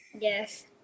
Yes